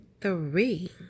three